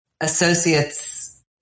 associates